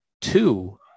two